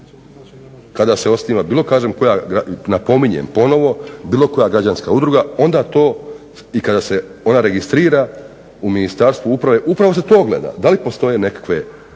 Kada se osniva bilo kažem koja, napominjem ponovno, bilo koja građanska udruga onda to, i kada se ona registrira u Ministarstvu uprave upravo se to gleda, da li postoje nekakve